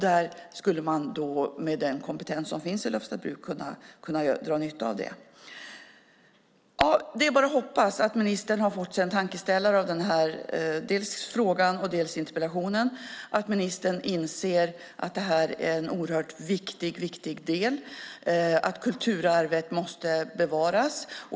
Där skulle man kunna dra nytta av den kompetens som finns vid Lövstabruk. Det är bara att hoppas att ministern fått sig en tankeställare av interpellationen och att hon inser att det här är en oerhört viktig del och att kulturarvet måste bevaras.